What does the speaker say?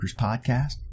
podcast